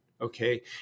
Okay